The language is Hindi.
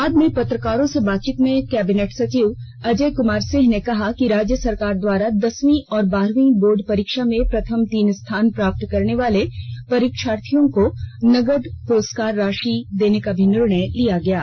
बाद में पत्रकारों से बातचीत में कैबिनेट सचिव अजय कुमार सिंह ने कहा कि राज्य सरकार द्वारा दसवीं और बारहवीं बोर्ड परीक्षा में प्रथम तीन स्थान प्राप्त करने वाले परीक्षार्थियों को नकद प्रस्कार राषि भी देने का निर्णय लिया गया है